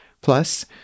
Plus